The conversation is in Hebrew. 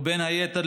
בין היתר,